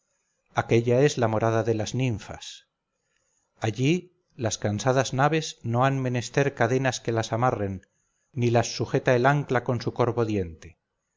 aquella es la morada de las ninfas allí las cansadas naves no han menester cadenas que la amarren ni las sujeta el ancla con su corvo diente